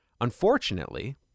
Unfortunately